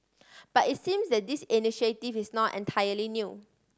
but it seems that this initiative is not entirely new